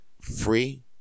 Free